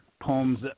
poems